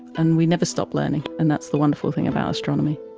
and we never stop learning, and that's the wonderful thing about astronomy.